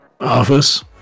office